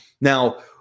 Now